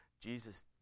Jesus